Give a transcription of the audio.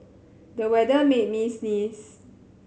the weather made me sneeze